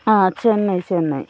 ആ ചെന്നൈ ചെന്നൈ